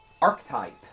archetype